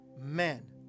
Amen